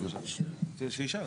שישאל.